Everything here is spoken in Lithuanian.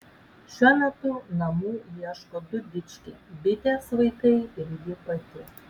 šiuo metu namų ieško du dičkiai bitės vaikai ir ji pati